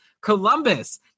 columbus